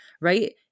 Right